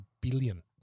billion